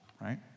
right